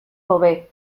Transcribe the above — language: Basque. hobe